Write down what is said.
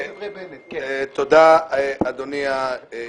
תודה, אדוני היושב-ראש.